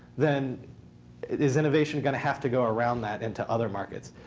then is innovation going to have to go around that into other markets?